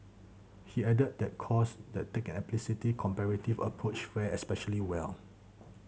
he added that course that take an explicitly comparative approach fare especially well